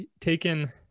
taken